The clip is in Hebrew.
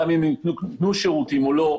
גם אם יתנו שירותים או לא,